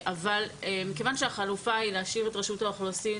אבל מכיוון שהחלופה היא להשאיר את רשות האוכלוסין